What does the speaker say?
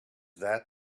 that